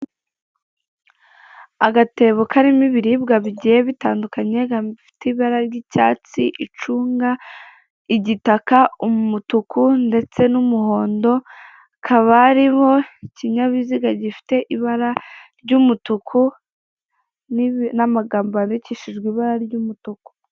Agatebo karimo ibiribwa bigiye bitandukanye gafite ibara ry'icyatsi icunga, igitaka, umutuku ndetse n'umuhondo hakaba hariho ikinyabiziga gifite ibara ry'umutuku n'ibi n'amagambo yandikishijwe ibara ry'umutuku.